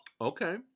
Okay